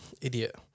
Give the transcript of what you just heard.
Idiot